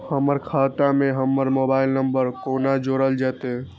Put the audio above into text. हमर खाता मे हमर मोबाइल नम्बर कोना जोरल जेतै?